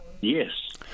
Yes